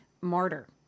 martyr